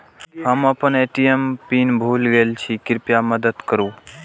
हम आपन ATM PIN भूल गईल छी, कृपया मदद करू